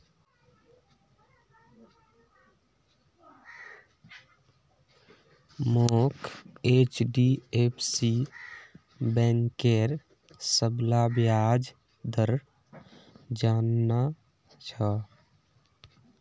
मोक एचडीएफसी बैंकेर सबला ब्याज दर जानना छ